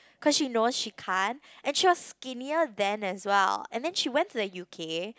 cause she know she can't and she was skinnier than as well and then she went to the U_K